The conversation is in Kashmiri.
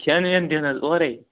کھٮ۪ن وٮ۪ن دِن حظ اورَے